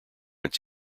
its